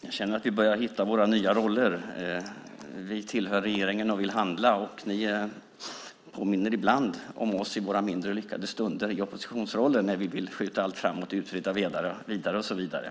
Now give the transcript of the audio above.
Fru talman! Jag känner att vi börjar hitta våra nya roller. Vi tillhör regeringen och vill handla. Ni påminner ibland om oss i våra mindre lyckade stunder i oppositionsrollen när vi vill flytta allt framåt, utreda mer och så vidare.